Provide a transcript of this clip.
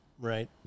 Right